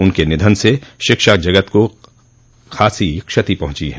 उनके निधन से शिक्षाजगत को ख़ासी क्षति पहुंची है